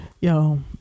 yo